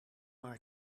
maar